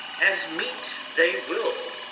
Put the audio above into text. as meet they will,